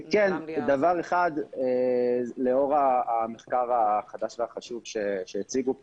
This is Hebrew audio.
לאור המחקר החדש והחשוב שהציגו פה,